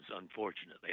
unfortunately